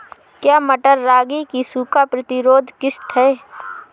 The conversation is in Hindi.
क्या मटर रागी की सूखा प्रतिरोध किश्त है?